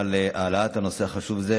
על העלאת נושא חשוב זה.